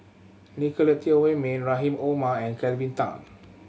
Nicolette Teo Wei Min Rahim Omar and Kelvin Tan